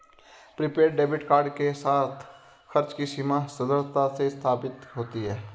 prepaid debit card के साथ, खर्च की सीमा दृढ़ता से स्थापित होती है